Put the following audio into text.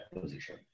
position